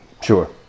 sure